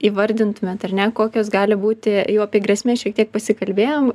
įvardintumėt ar ne kokios gali būti jau apie grėsmes šiek tiek pasikalbėjom